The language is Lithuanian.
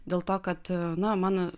dėl to kad na mano